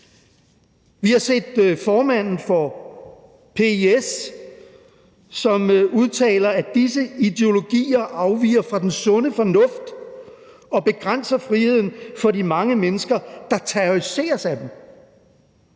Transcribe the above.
Vi har set formanden for PiS, som udtaler, at disse ideologier afviger fra den sunde fornuft og begrænser friheden for de mange mennesker, der terroriseres af dem